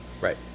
Right